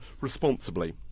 responsibly